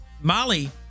molly